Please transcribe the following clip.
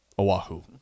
Oahu